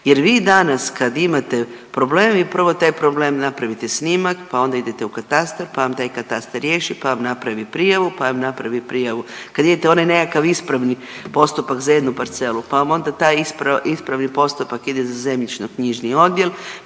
Jer vi danas kad imate problem, vi prvo taj problem napravite snimak, pa onda idete u katastar, pa vam taj katastar riješi, pa vam napravi prijavu, pa vam napravi prijavu. Kad idete onaj nekakav ispravni postupak za jednu parcelu, pa vam onda taj ispravni postupak ide za zemljišno-knjižni odjel,